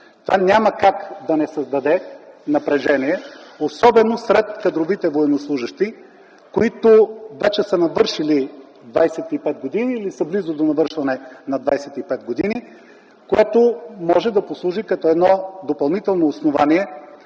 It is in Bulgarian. Това няма как да не създаде напрежение, особено сред кадровите военнослужещи, които вече са навършили 25 години или са близо до навършване на 25 години, което може да послужи като едно допълнително основание